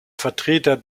vertreter